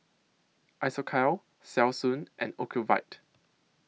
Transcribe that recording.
Isocal Selsun and Ocuvite